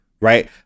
right